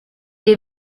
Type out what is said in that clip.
est